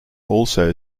also